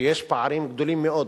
שיש פערים גדולים מאוד